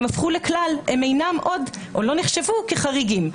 הם הפכו לכלל והם לא נחשבו כחריגים.